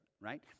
right